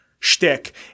shtick